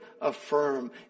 affirm